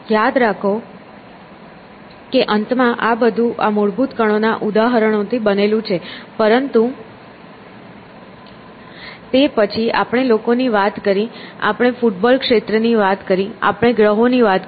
યાદ રાખો કે અંતમાં બધું આ મૂળભૂત કણોના ઉદાહરણોથી બનેલું છે પરંતુ તે પછી આપણે લોકોની વાત કરી આપણે ફૂટબોલ ક્ષેત્રની વાત કરી આપણે ગ્રહો ની વાત કરી